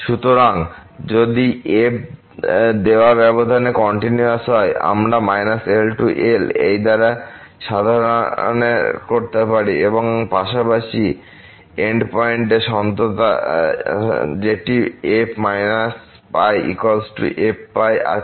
সুতরাং যদি f দেওয়া ব্যবধান কন্টিনিউয়াস হয় আমরা −L to L এই দ্বারা সাধারণের করতে পারি এবং আমরা পাশাপাশি এন্ড পয়েন্ট এ সন্ততা যেটি f −π f π আছে